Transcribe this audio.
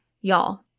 y'all